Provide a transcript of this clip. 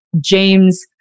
James